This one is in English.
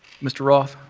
mr. roth?